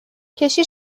کشتی